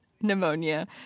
pneumonia